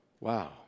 wow